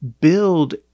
build